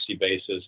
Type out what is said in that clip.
basis